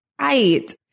Right